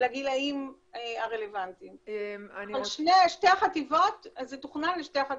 לגילאים הרלוונטיים, אבל זה תוכנן לשתי החטיבות.